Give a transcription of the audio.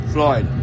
Floyd